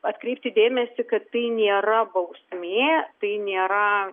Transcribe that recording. atkreipti dėmesį kad tai nėra bausmė tai nėra mes